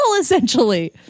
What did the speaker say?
essentially